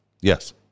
Yes